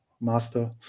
master